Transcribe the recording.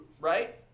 Right